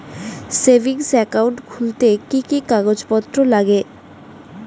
Savings account খুলতে কি কি কাগজপত্র লাগে?